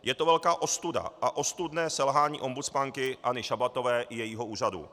Je to velká ostuda a ostudné selhání ombudsmanky Anny Šabatové i jejího úřadu.